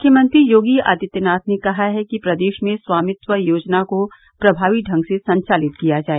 मुख्यमंत्री योगी आदित्यनाथ ने कहा है कि प्रदेश में स्वामित्व योजना को प्रभावी ढंग से संचालित किया जाए